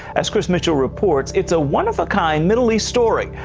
as chris mitchell reports, it's a one-of-a-kind middle east story,